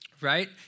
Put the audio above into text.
right